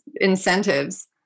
incentives